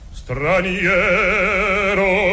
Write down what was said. straniero